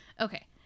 okay